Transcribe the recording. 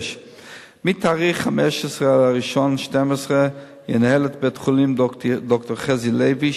מתאריך 15 בינואר 2012 ינהל את בית-החולים ד"ר חזי לוי,